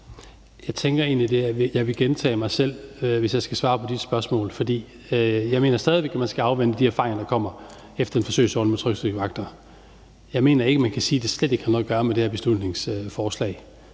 jeg vil gentage mig selv, hvis jeg skal svare på de spørgsmål, for jeg mener stadig væk, man skal afvente de erfaringer, der kommer efter en forsøgsordning med tryghedsvagter. Jeg mener ikke, man kan sige, at det slet ikke har noget at gøre med det her beslutningsforslag,